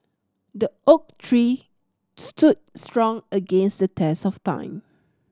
the oak tree stood strong against the test of time